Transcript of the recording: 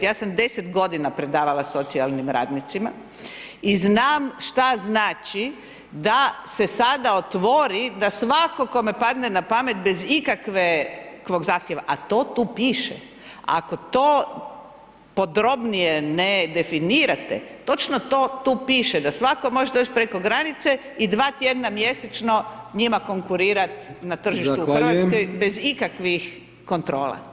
Ja sam deset godina predavala socijalnim radnicima, i znam što znači da se sada otvori, da svatko kome padne na pamet bez ikakve, ikakvog zahtjeva, a to tu piše, ako to podrobnije ne definirate, točno to tu piše, da svatko može doći preko granice i dva tjedna mjesečno njima konkurirat na tržištu u Hrvatskoj bez ikakvih kontrola.